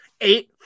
eight